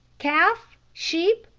calf, sheep,